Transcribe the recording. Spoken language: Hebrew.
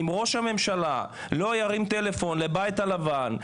אם ראש הממשלה לא ירים טלפון לבית הלבן,